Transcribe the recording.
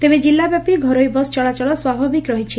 ତେବେ ଜିଲ୍ଲାବ୍ୟାପି ଘରୋଇ ବସ ଚଳାଚଳ ସ୍ୱାଭାବିକ ରହିଛି